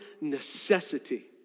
necessity